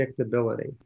predictability